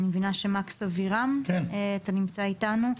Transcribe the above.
מקס אבירם נמצא איתנו,